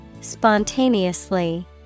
Spontaneously